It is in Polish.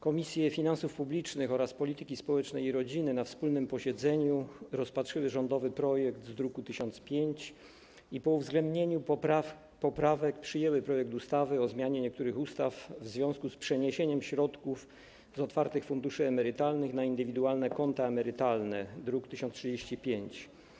Komisje Finansów Publicznych oraz Polityki Społecznej i Rodziny na wspólnym posiedzeniu rozpatrzyły rządowy projekt z druku nr 1005 i po uwzględnieniu poprawek przyjęły projekt ustawy o zmianie niektórych ustaw w związku z przeniesieniem środków z otwartych funduszy emerytalnych na indywidualne konta emerytalne, druk nr 1035.